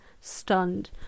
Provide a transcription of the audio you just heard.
stunned